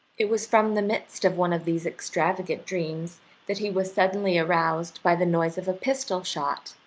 it was from the midst of one of these extravagant dreams that he was suddenly aroused by the noise of a pistol shot,